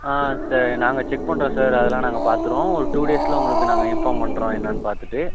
ஆ sir நாங்கள் check பண்ணுறோம் sir அதெலாம் நாங்கள் பார்க்குறோம் ஒரு டூ டேஸ்ஸில் உங்களுக்கு நாங்கள் இன்ஃபார்ம் பண்ணுறோம் என்னென்னு பார்த்துட்டு